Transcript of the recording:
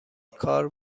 کار